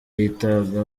yitaga